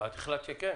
אי אפשר לנהל שיחה ככה.